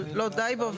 אבל לא דיי בו,